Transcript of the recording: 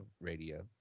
radio